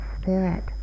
spirit